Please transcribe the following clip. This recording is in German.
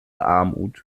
armut